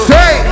Say